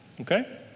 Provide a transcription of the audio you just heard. Okay